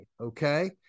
Okay